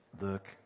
Look